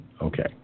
okay